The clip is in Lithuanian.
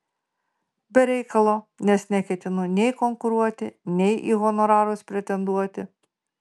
be reikalo nes neketinu nei konkuruoti nei į honorarus pretenduoti